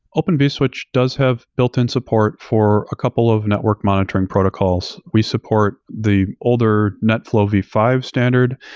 open vswitch does have built-in support for a couple of network monitoring protocols. we support the older netflow v five standard.